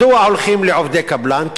מדוע הולכים לעובדי קבלן?